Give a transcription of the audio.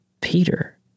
Peter